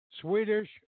swedish